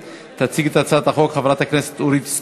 הצעת חוק שירותי הדת היהודיים (תיקון מס'